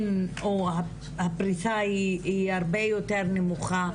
הפריסה היא הרבה יותר נמוכה,